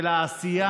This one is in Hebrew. של העשייה.